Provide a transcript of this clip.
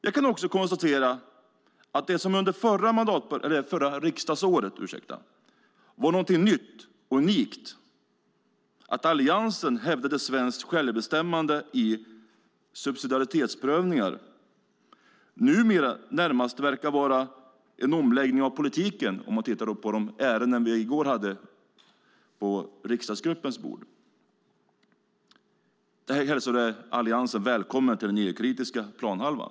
Jag kan också konstatera att det som under förra riksdagsåret var någonting nytt och unikt, att Alliansen hävdade svenskt självbestämmande i subsidiaritetsprövningar, numera närmast verkar vara en omläggning av politiken, om vi tittar på de ärenden vi i går hade på riksdagsgruppens bord. Jag hälsar Alliansen välkommen till den EU-kritiska planhalvan.